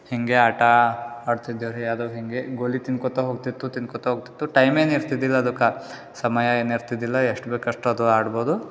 ಹಿಂಗೇ ಆಟ ಆಡ್ತಿದ್ದೆವು ರೀ ಅದು ಹಿಂಗೆ ಗೋಲಿ ತಿಂದ್ಕೊಳ್ತ ಹೋಗ್ತಿತ್ತು ತಿಂದ್ಕೊಳ್ತ ಹೋಗ್ತಿತ್ತು ಟೈಮೇನಿರ್ತಿದ್ದಿಲ್ಲ ಅದಕ್ಕೆ ಸಮಯ ಏನಿರ್ತಿದ್ದಿಲ್ಲ ಎಷ್ಟು ಬೇಕೊ ಎಷ್ಟು ಅದು ಆಡಬೋದು